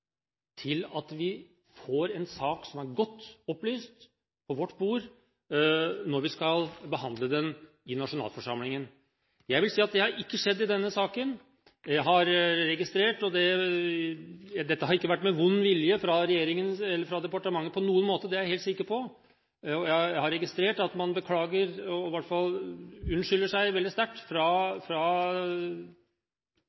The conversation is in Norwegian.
til at vi får en sak på vårt bord som er godt opplyst, når vi skal behandle den i nasjonalforsamlingen. Jeg vil si at dette ikke har skjedd i denne saken. Det har ikke på noen måte vært med vond vilje fra regjeringens eller fra departementets side, det er jeg helt sikker på. Jeg har registrert at man beklager, i hvert fall unnskylder seg veldig sterkt